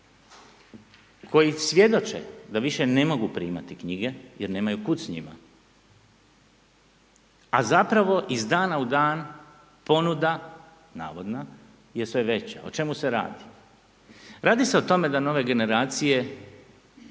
koji svjedoče da više ne mogu primati knjige jer nemaju kud s njima a zapravo iz danas u dana ponuda navodna je sve veća, o čemu se radi? Radi se o tome da nove generacije